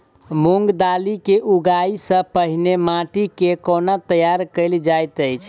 मूंग दालि केँ उगबाई सँ पहिने माटि केँ कोना तैयार कैल जाइत अछि?